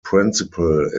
principle